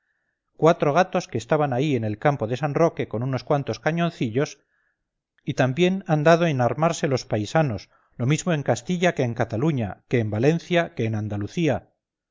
cuatro gatos que estaban ahí en el campo de san roque con unos cuantos cañoncillos y también han dado en armarse los paisanos lo mismo en castilla que en cataluña que en valencia que en andalucía